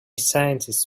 scientists